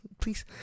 please